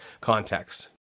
context